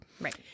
Right